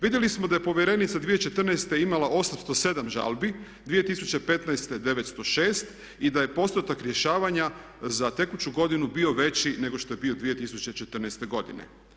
Vidjeli smo da je povjerenica 2014. imala 807 žalbi, 2015. 906 i da je postotak rješavanja za tekuću godinu bio veći nego što je bio 2014. godine.